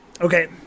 Okay